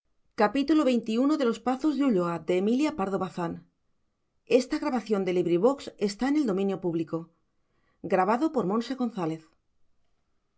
los pazos de ulloa emilia pardo bazán tomo i